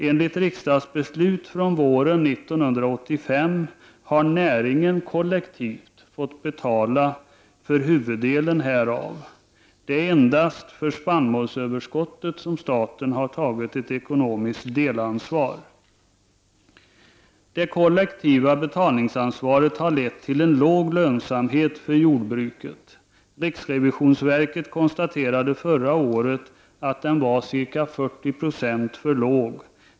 Enligt riksdagsbeslut från våren 1985 har näringen kollektivt fått betala för huvuddelen härav. Endast när det gäller spannmålsöverskottet har staten tagit ett ekonomiskt delansvar. Det kollektiva betalningsansvaret har lett till en låg lönsamhet för jordbruket. Riksrevisionsverket konstaterade förra året att den var ca 40 96 för låg.